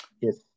Yes